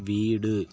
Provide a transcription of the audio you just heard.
வீடு